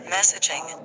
Messaging